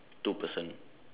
two person